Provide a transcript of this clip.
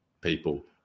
people